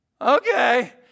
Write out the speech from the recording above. Okay